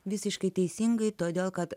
visiškai teisingai todėl kad